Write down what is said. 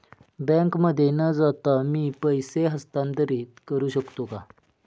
बँकेमध्ये न जाता मी पैसे हस्तांतरित करू शकतो का?